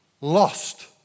lost